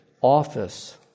office